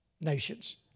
nations